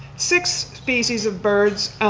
six species of birds,